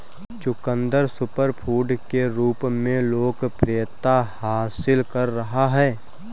चुकंदर सुपरफूड के रूप में लोकप्रियता हासिल कर रहा है